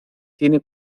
tiene